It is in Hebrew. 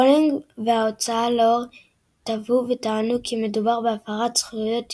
רולינג וההוצאה לאור תבעו וטענו כי מדובר בהפרת זכויות יוצרים,